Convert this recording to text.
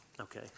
Okay